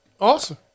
Awesome